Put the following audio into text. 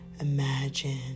Imagine